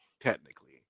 technically